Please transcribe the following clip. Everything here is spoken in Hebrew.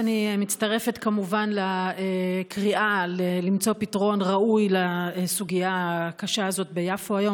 אני מצטרפת כמובן לקריאה למצוא פתרון ראוי לסוגיה הקשה הזאת ביפו היום.